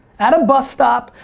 at a bus stop,